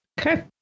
okay